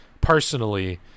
personally